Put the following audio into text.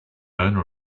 owner